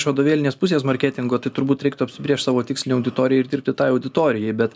iš vadovėlinės pusės marketingo tai turbūt reiktų apsibrėžt savo tikslinę auditoriją ir dirbti tai auditorijai bet